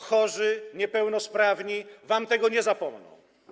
Chorzy, niepełnosprawni wam tego nie zapomną.